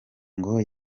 ngo